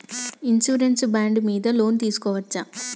Insurance bond మీద loan తీస్కొవచ్చా?